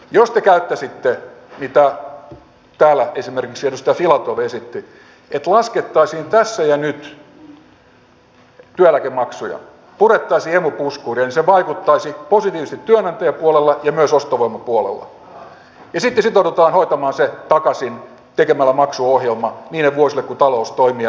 jos te käyttäisitte sitä mitä täällä esimerkiksi edustaja filatov esitti että laskettaisiin tässä ja nyt työeläkemaksuja purettaisiin emu puskuri se vaikuttaisi positiivisesti työnantajapuolella ja myös ostovoiman puolella ja sitten sitoudutaan hoitamaan se takaisin tekemällä maksuohjelma niille vuosille kun talous toimii ja meillä on väki töissä